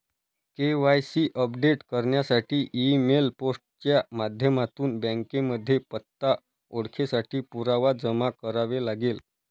KYC update करण्यासाठी email, post च्या माध्यमातून बँकेमध्ये पत्ता, ओळखेसाठी पुरावा जमा करावे लागेल